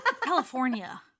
California